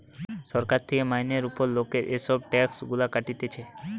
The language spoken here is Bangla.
সরকার থেকে মাইনের উপর লোকের এসব ট্যাক্স গুলা কাটতিছে